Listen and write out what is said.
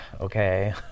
okay